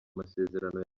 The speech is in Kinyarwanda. amasezerano